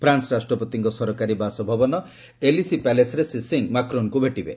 France ରାଷ୍ଟ୍ରପତିଙ୍କ ସରକାରୀ ବାସଭବନ ଏଲିସି ପ୍ୟାଲେସ୍ରେ ଶ୍ରୀ ସିଂହ ମାକ୍ରନ୍ଙ୍କୁ ଭେଟିବେ